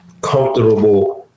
comfortable